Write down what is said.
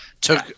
took